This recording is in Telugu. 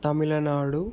తమిళనాడు